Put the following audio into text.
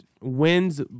wins